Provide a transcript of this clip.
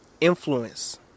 influence